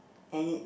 and in